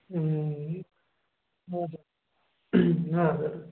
ए हजुर हजुर